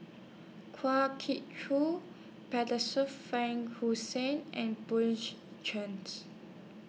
Kwa Geok Choo Frank and